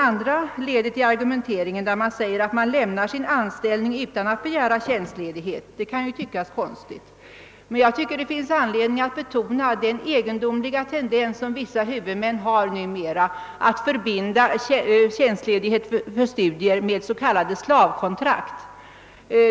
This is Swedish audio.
Att elever lämnat sin anställning utan att begära tjänstledighet kan naturligtvis tyckas konstigt, men det finns anledning att betona den egendomliga tendens som vissa huvudmän numera har att förbinda tjänstledighet för studier med s.k. slavkontrakt.